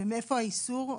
מאיפה האיסור?